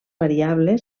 variable